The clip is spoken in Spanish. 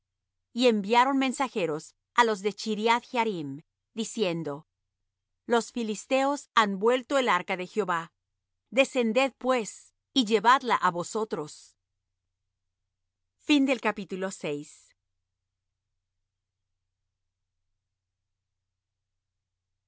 y enviaron mensajeros á los de chriath jearim diciendo los filisteos han vuelto el arca de jehová descended pues y llevadla á vosotros y